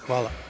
Hvala.